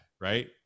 right